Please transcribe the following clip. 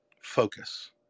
Focus